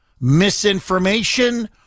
misinformation